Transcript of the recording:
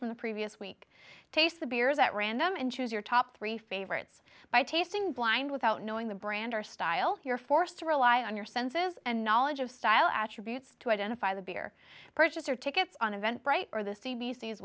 from the previous week taste the beers at random and choose your top three favorites by tasting blind without knowing the brand or style here forced to rely on your senses and knowledge of style attributes to identify the beer purchaser tickets on event bright or the c